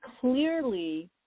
clearly